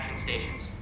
stations